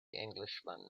englishman